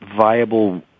viable